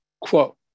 quote